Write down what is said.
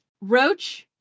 Roach